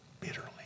bitterly